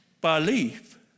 belief